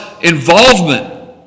involvement